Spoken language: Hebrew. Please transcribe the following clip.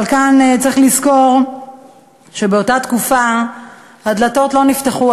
אבל כאן צריך לזכור שבאותה תקופה הדלתות לא נפתחו,